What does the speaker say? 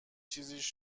چیزیش